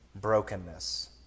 Brokenness